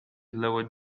low